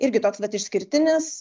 irgi toks vat išskirtinis